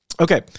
Okay